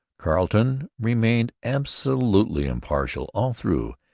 carleton remained absolutely impartial all through,